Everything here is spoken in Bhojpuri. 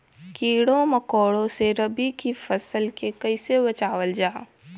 कीड़ों मकोड़ों से रबी की फसल के कइसे बचावल जा?